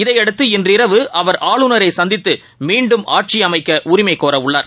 இதையடுத்து இன்றிரவு அவர் ஆளுநரைசந்தித்தமீண்டும் ஆட்சிஅமைக்கஉரிமைகோரவுள்ளார்